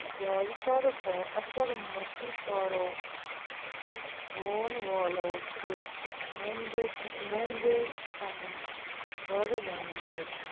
زیادٕ تر با اثر موٗسیٖقارو تہٕ گون والو چھِ مُمبٔے تہِ مُمبے پنُن گرٕ ووٚنمُت